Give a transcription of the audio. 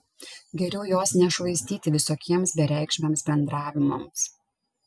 geriau jos nešvaistyti visokiems bereikšmiams bendravimams